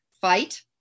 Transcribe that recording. fight